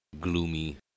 gloomy